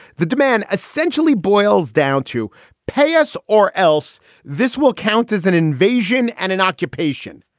the demand essentially boils down to pay us or else this will count as an invasion and an occupation.